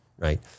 Right